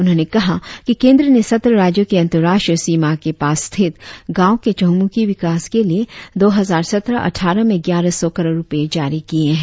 उन्होंने कहा कि केंद्र ने सत्रह राज्यों के अंतर्राष्ट्रीय सीमा के पास स्थित गांवों के चहुंमुखी विकास के लिए दो हजार सत्रह अट्ठारह में ग्यारह सौ करोड़ रुपये जारी किए हैं